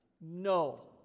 No